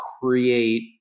create